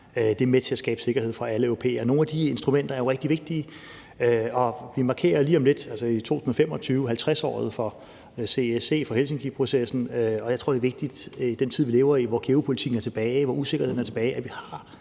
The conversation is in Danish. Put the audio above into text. Det er med til at skabe sikkerhed for alle europæere, og nogle af de instrumenter er jo rigtig vigtige, og vi markerer lige om lidt, altså i 2025, 50-året for CSC, for Helsinkiprocessen, og jeg tror, det er vigtigt i den tid, vi lever i, hvor geopolitikken er tilbage, og hvor usikkerheden er tilbage,